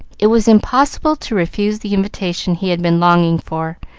it was impossible to refuse the invitation he had been longing for,